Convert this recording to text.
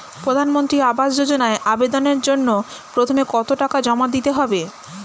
প্রধানমন্ত্রী আবাস যোজনায় আবেদনের জন্য প্রথমে কত টাকা জমা দিতে হবে?